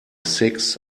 six